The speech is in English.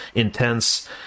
intense